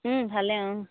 ভালে অঁ